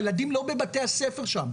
הילדים לא לומדים בבתי הספר שם,